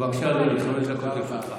בבקשה, אדוני, חמש דקות לרשותך.